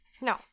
No